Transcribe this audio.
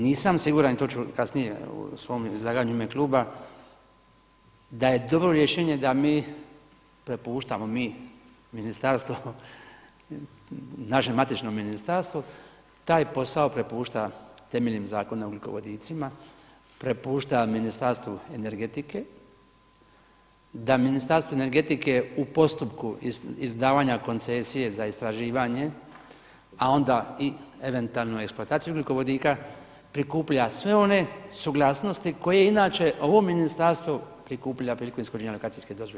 Nisam siguran i to ću kasnije u svom izlaganju u ime kluba da je dobro rješenje da mi prepuštamo ministarstvo, naše matično ministarstvo taj posao prepušta temeljem Zakona o ugljikovodicima prepušta Ministarstvu energetike, da Ministarstvo energetike u postupku izdavanja koncesije za istraživanje a onda i eventualnu eksploataciju ugljikovodika prikuplja sve one suglasnosti koje inače ovo ministarstvo prikuplja prilikom ishođenja lokacijske dozvole.